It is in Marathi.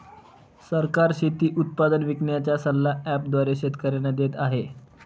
सरकार शेती उत्पादन विकण्याचा सल्ला ॲप द्वारे शेतकऱ्यांना देते आहे